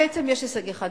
בעצם יש הישג אחד,